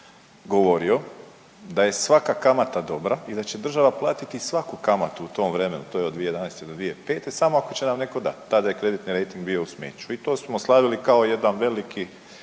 govorio da je svaka kamata dobra i da će država platiti svaku kamatu u tom vremenu to je od 2011. do 2005. samo ako će nam netko dati. Tada je kreditni rejting bio u smeću. I to smo slavili kao jedan veliki